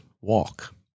walk